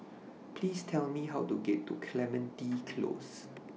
Please Tell Me How to get to Clementi Close